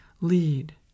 Lead